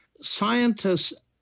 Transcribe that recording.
scientists